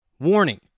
Warning